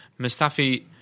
Mustafi